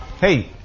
Hey